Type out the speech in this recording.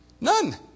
None